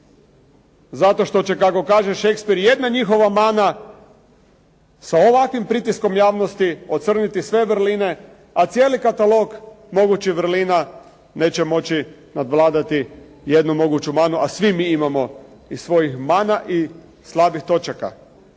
zato što će kako kaže Shakespeare jedna njihova mana sa ovakvim pritiskom javnosti ocrniti sve vrline, a cijeli katalog mogućih vrlina neće moći nadvladati jednu moguću manu, a svi mi imamo i svojih mana i slabih točaka.